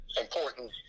important